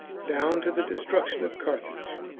down to the destruction of carthage,